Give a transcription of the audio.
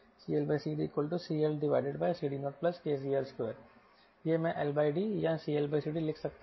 CLCDCLCD0kCL2 यह मैं LD या CLCD लिख सकता हूं